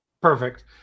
Perfect